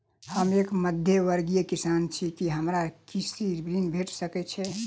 हम एक मध्यमवर्गीय किसान छी, की हमरा कृषि ऋण भेट सकय छई?